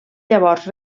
llavors